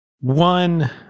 One